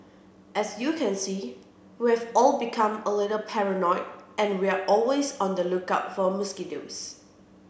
as you can see we've all become a little paranoid and we're always on the lookout for mosquitoes